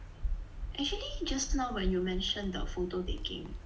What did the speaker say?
actually just now when you mention the photo taking